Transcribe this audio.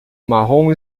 marrom